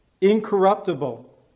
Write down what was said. incorruptible